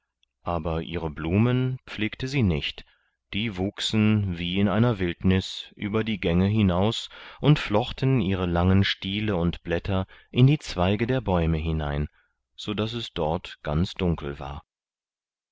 aber ihre blumen pflegte sie nicht die wuchsen wie in einer wildnis über die gänge hinaus und flochten ihre langen stiele und blätter in die zweige der bäume hinein sodaß es dort ganz dunkel war